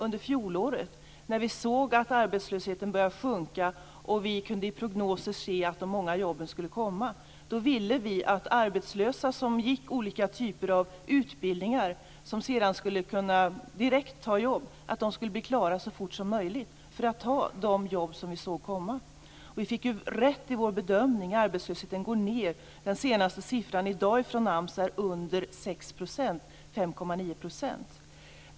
När vi såg att arbetslösheten började sjunka och vi i prognoser kunde se att de många jobben skulle komma, ville vi att arbetslösa som gick i olika typer av utbildningar och som efter dessas avslutande direkt skulle kunna ta ett jobb skulle bli klara så fort som möjligt. De skulle då kunna gå in i de arbeten som vi såg skulle komma. Vi fick rätt i vår bedömning att arbetslösheten går ned. Den senaste sifferuppgiften, som kommer från AMS i dag, är 5,9 %.